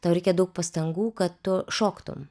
tau reikia daug pastangų kad tu šoktum